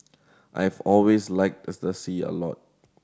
I've always liked as the sea a lot